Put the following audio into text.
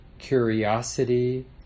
curiosity